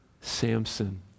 Samson